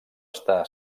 està